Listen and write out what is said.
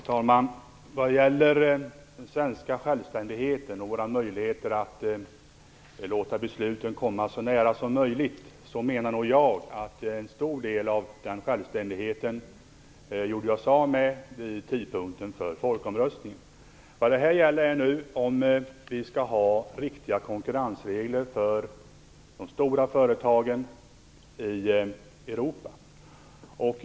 Fru talman! Vad gäller den svenska självständigheten och våra möjligheter att låta besluten komma så nära som möjligt menar nog jag att vi gjorde oss av med en stor del av den självständigheten vid tidpunkten för folkomröstningen. Vad det nu gäller är om vi skall ha riktiga konkurrensregler för de stora företagen i Europa.